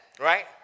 Right